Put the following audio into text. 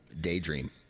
Daydream